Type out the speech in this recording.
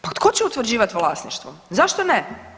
Pa tko će utvrđivati vlasništvo, zašto ne?